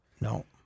No